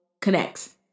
connects